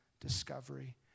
discovery